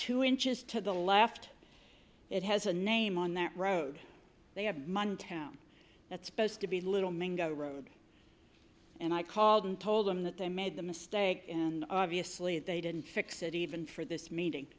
two inches to the left it has a name on that road they have montana that's posed to be a little mango road and i called and told them that they made the mistake and obviously they didn't fix it even for this meeting